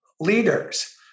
leaders